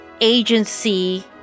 agency